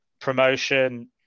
promotion –